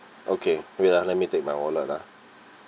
okay wait ah let me take my wallet ah